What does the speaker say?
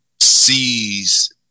sees